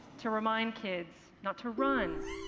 to remind kids not to run,